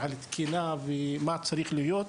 על תקינה ומה צריך להיות,